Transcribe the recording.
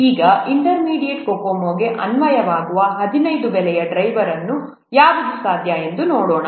ಈಗ intermediate COCOMO ಗೆ ಅನ್ವಯವಾಗುವ 15 ಬೆಲೆಯ ಡ್ರೈವರ್ಗಳ ಯಾವುದು ಸಾಧ್ಯ ಎಂದು ನೋಡೋಣ